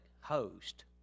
host